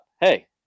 hey